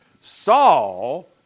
Saul